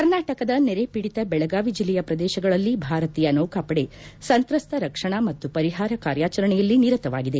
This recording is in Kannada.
ಕರ್ನಾಟಕದ ನೆರೆಪೀಡಿತ ಬೆಳಗಾವಿ ಜಿಲ್ಲೆಯ ಪ್ರದೇಶಗಳಲ್ಲಿ ಭಾರತೀಯ ನೌಕಾಪಡೆ ಸಂತ್ರಸ್ತ ರಕ್ಷಣಾ ಮತ್ತು ಪರಿಹಾರ ಕಾರ್ಯಾಚರಣೆಯಲ್ಲಿ ನಿರತವಾಗಿದೆ